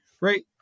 Right